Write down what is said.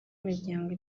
imiryango